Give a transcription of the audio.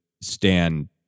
stand